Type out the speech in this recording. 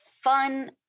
fun